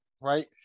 right